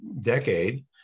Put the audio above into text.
decade